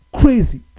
crazy